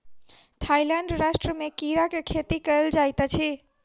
Thailand राष्ट्र में कीड़ा के खेती कयल जाइत अछि